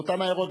ואותן העיריות,